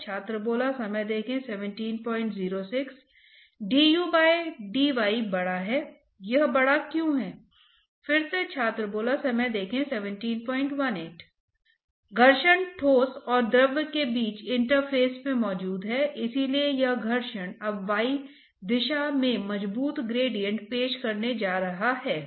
उन्हें खोजने के लिए हमें u और v के लिए लिखना होगा हमें x मोमेंटम संतुलन लिखना होगा हमें y मोमेंटम संतुलन लिखना होगा हमें एनर्जी संतुलन लिखना होगा और हमें मास्स संतुलन लिखना होगा तो ये चार संतुलन हैं जिन्हें हमें लिखना है